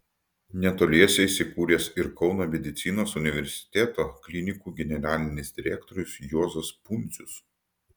netoliese įsikūręs ir kauno medicinos universiteto klinikų generalinis direktorius juozas pundzius